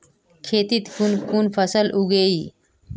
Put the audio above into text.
खेतीत कुन कुन फसल उगेई?